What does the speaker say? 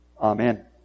Amen